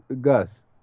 Gus